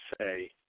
say